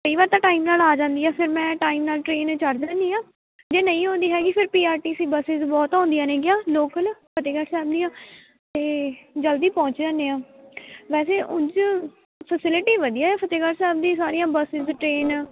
ਕਈ ਵਾਰ ਤਾਂ ਟਾਈਮ ਨਾਲ ਆ ਜਾਂਦੀ ਹੈ ਫਿਰ ਮੈਂ ਟਾਈਮ ਨਾਲ ਟਰੇਨ ਚੜ੍ਹ ਜਾਂਦੀ ਹਾਂ ਜੇ ਨਹੀਂ ਆਉਂਦੀ ਹੈਗੀ ਫਿਰ P R T C buses ਬਹੁਤ ਆਉਂਦੀਆਂ ਨੇ ਹੈਗੀਆਂ ਲੋਕਲ ਫਤਿਹਗੜ੍ਹ ਸਾਹਿਬ ਦੀਆਂ ਅਤੇ ਜਲਦੀ ਪਹੁੰਚ ਜਾਂਦੇ ਹਾਂ ਵੈਸੇ ਉਂਝ ਫਸਲਿਟੀ ਵਧੀਆ ਹੈ ਫਤਿਹਗੜ੍ਹ ਸਾਹਿਬ ਦੀ ਸਾਰੀਆਂ ਬਸਿਸ ਟਰੇਨ